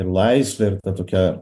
ir laisvę ir tą tokią